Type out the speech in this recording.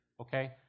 okay